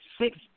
six